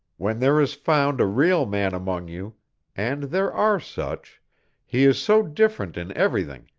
when there is found a real man among you and there are such he is so different in everything,